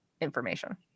information